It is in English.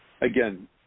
again